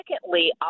secondly